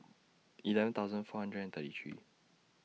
eleven thousand four hundred and thirty three